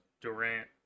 Durant